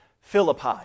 Philippi